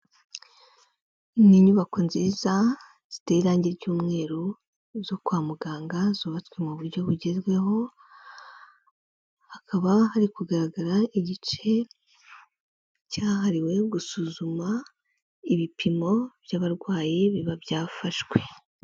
Ni inyubako nziza ziteye irange ry'umweru zo kwa muganga zubatswe mu buryo bugezweho, hakaba hari kugaragara igice cyahariwe gusuzuma ibipimo by'abarwayi biba byafashwe.